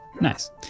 Nice